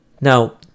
Now